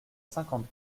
cinquante